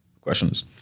questions